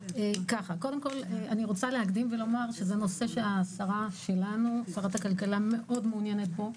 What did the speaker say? אני רוצה להקדים ולומר שזה נושא ששרת הכלכלה מאוד מעוניינת בו.